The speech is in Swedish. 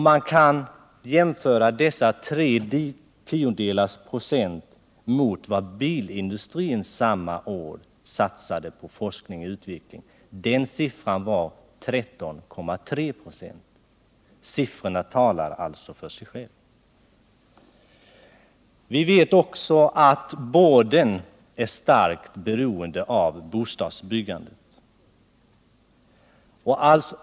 Man kan jämföra dessa 0,3 26 med att bilindustrin samma år satsade 13,3 26 på forskning och utveckling. Siffrorna talar för sig själva. Dessutom är boarden starkt beroende av bostadsbyggandet.